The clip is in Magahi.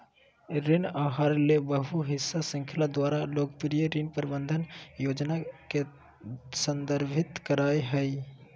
ऋण आहार ले बहु हिस्सा श्रृंखला द्वारा लोकप्रिय ऋण प्रबंधन योजना के संदर्भित करय हइ